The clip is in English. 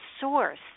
source